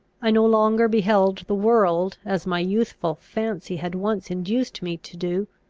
i no longer beheld the world, as my youthful fancy had once induced me to do,